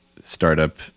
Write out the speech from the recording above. startup